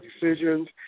decisions